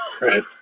Right